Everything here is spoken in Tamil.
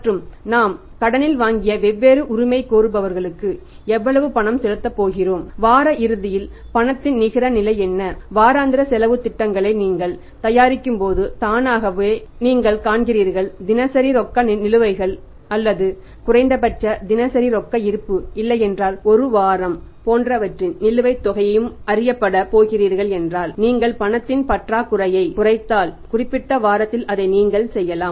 மற்றும் நாம் கடனில் வாங்கிய வெவ்வேறு உரிமைகோருபவர்களுக்கு எவ்வளவு பணம் செலுத்தப் போகிறோம் வார இறுதியில் பணத்தின் நிகர நிலை என்ன வாராந்திர வரவு செலவுத் திட்டங்களை நீங்கள் தயாரிக்கும்போது தானாகவே நீங்கள் கணக்கிடுகிறீர்கள் தினசரி ரொக்க நிலுவைகள் அல்லது குறைந்தபட்சம் தினசரி ரொக்க இருப்பு இல்லையென்றால் ஒரு வாரம் போன்றவற்றின் நிலுவைத் தொகையும் அறியப்படப் போகிறீர்கள் என்றால் நீங்கள் பணத்தின் பற்றாக்குறையை குறைத்தால் குறிப்பிட்ட வாரத்தில் அதை நீங்கள் செய்யலாம்